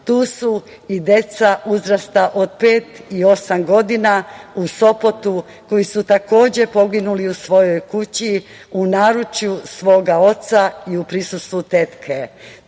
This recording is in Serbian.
su i deca uzrasta od pet i osam godina u Sopotu, koji su takođe poginuli u svojoj kući, u naručju svoga oca i u prisustvu tetke. Tu